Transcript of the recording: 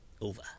over